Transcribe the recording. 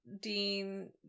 Dean